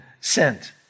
sent